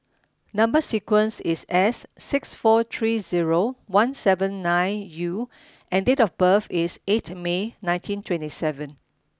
number sequence is S six four three zero one seven nine U and date of birth is eight May ninety twenty seven